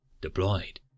deployed